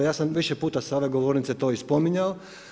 Ja sam više puta sa ove govornice to i spominjao.